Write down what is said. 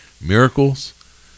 miracles